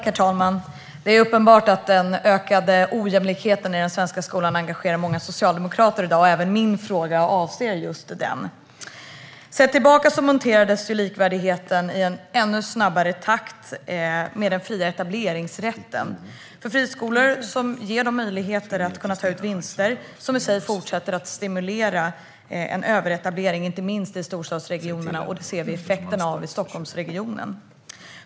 Herr talman! Det är uppenbart att den ökade ojämlikheten i den svenska skolan engagerar många socialdemokrater i dag. Även min fråga handlar om just det. Likvärdigheten monterades ned i en ännu snabbare takt i och med den fria etableringsrätten för friskolor, som ger dem möjligheter att ta ut vinster och som fortsätter att stimulera en överetablering, inte minst i storstadsregionerna. Vi ser effekterna av det i Stockholmsregionen.